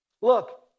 Look